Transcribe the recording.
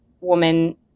woman